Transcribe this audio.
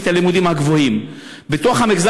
בלימודים גבוהים ומקבלים תואר ראשון,